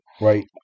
Right